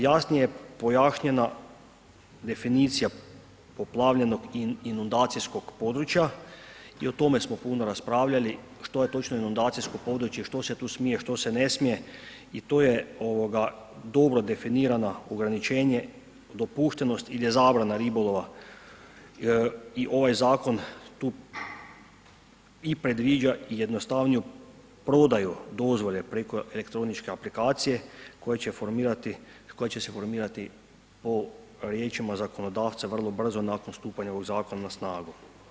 Jasnije pojašnjena definicija poplavljenog i inundacijskog područja, i o tome smo puno raspravljali, što je točno inundacijsko područje, što se tu smije, što se smije i to je dobro definirana ograničenje, dopuštenost ili je zabrana ribolova i ovaj zakon tu i predviđa i jednostavniju prodaju dozvole preko elektroničke aplikacije koja će se formirati po riječima zakonodavca vrlo brzo nakon stupanja u zakon na snagu.